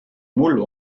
mullu